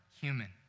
human